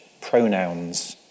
pronouns